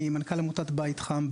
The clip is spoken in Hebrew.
אני מנכ"ל עמותת בית חם,